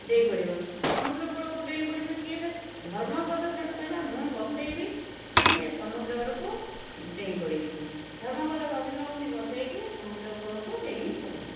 ଡେଇଁ ପଡ଼ିବ ସମୁଦ୍ରକୂଳକୁ ଡେଇଁ ପଡ଼ିବ କିଏସେ ଧର୍ମପଦ ସେଇଠୁ କହିଲା ମୁଁ ବସେଇବି ମୁଁ ଏ ସମୁଦ୍ରକୁ ଡେଇଁ ପଡ଼ିବି ଧର୍ମପଦ ଦଧିନଉତି ବସେଇକି ସମୁଦ୍ରକୂଳକୁ ଡେଇଁ ପଡ଼ିଲା